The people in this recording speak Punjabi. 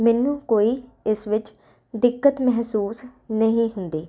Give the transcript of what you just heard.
ਮੈਨੂੰ ਕੋਈ ਇਸ ਵਿੱਚ ਦਿੱਕਤ ਮਹਿਸੂਸ ਨਹੀਂ ਹੁੰਦੀ